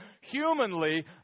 humanly